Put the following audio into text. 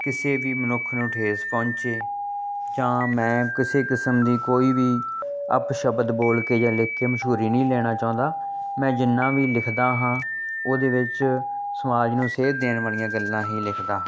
ਕਿਸੇ ਵੀ ਮਨੁੱਖ ਨੂੰ ਠੇਸ ਪਹੁੰਚੇ ਜਾਂ ਮੈਂ ਕਿਸੇ ਕਿਸਮ ਦੀ ਕੋਈ ਵੀ ਅਪਸ਼ਬਦ ਬੋਲ ਕੇ ਜਾਂ ਲਿਖ ਕੇ ਮਸ਼ਹੂਰੀ ਨਹੀਂ ਲੈਣਾ ਚਾਹੁੰਦਾ ਮੈਂ ਜਿੰਨਾ ਵੀ ਲਿਖਦਾ ਹਾਂ ਉਹਦੇ ਵਿੱਚ ਸਮਾਜ ਨੂੰ ਸੇਧ ਦੇਣ ਵਾਲੀਆਂ ਗੱਲਾਂ ਹੀ ਲਿਖਦਾ ਹਾਂ